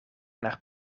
naar